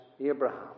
Abraham